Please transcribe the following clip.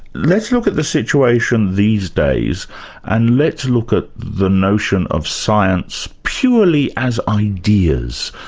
let's look at the situation these days and let's look at the notion of science purely as ideas,